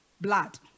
blood